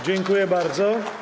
Dziękuję bardzo.